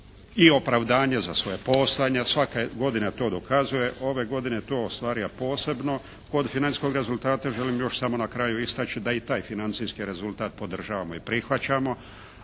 i opravdanje za svoje postojanje, svake godine to dokazuje. Ove godine to ostvaruje posebno. Kod financijskog rezultata želim još samo na kraju istaći da i taj financijski rezultat podržavamo i prihvaćamo.